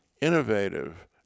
innovative